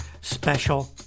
special